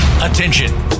Attention